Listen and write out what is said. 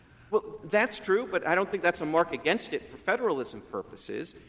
well, that's true but i don't think that's a mark against it for federalism purposes,